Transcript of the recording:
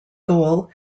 goal